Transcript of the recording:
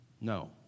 No